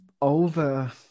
over